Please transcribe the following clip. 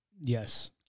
Yes